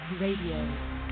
Radio